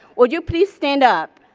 will you please stand up?